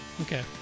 Okay